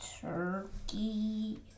turkey